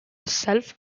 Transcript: self